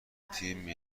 تیم